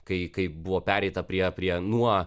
kai kai buvo pereita prie prie nuo